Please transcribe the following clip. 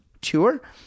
tour